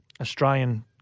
Australian